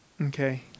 Okay